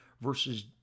versus